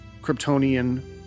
Kryptonian